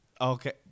okay